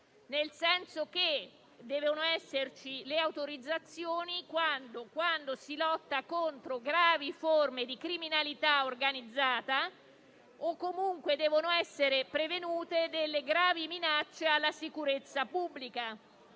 nel senso che devono esserci le autorizzazioni quando si lotta contro gravi forme di criminalità organizzata o comunque devono essere prevenute gravi minacce alla sicurezza pubblica.